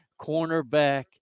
cornerback